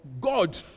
God